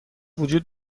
وجود